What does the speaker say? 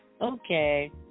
Okay